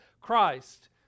Christ